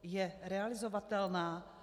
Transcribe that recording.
Je realizovatelná?